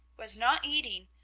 was not eating,